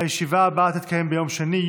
הישיבה הבאה תתקיים ביום שני,